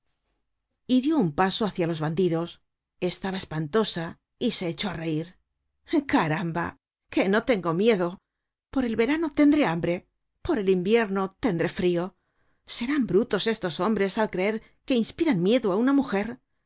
y dió un paso hácia los bandidos estaba espantosa y se echó á reir caramba que no tengo miedo por el verano tendré hambre por el invierno tendré frio serán brutos estos hombres al creer que inspiran miedo á una mujer